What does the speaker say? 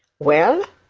well,